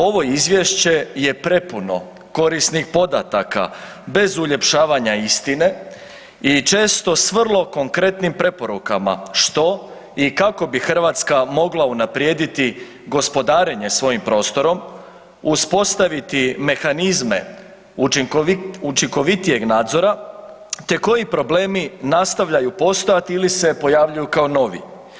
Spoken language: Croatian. Ovo Izvješće je prepuno korisnih podataka bez uljepšavanja istine i često s vrlo konkretnim preporukama što i kako bi Hrvatska mogla unaprijediti gospodarenje svojim prostorom, uspostaviti mehanizme učinkovitijeg nadzora te koji problemi nastavljaju postojati ili se pojavljuju kao novi.